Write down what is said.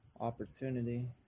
opportunity